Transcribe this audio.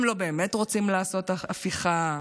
הם לא באמת רוצים לעשות הפיכה.